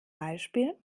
beispiel